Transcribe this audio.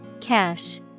cash